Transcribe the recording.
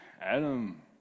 Adam